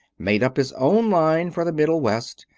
made up his own line for the middle west,